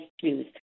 choose